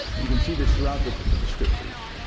you can see this throughout the the scriptures.